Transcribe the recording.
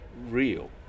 real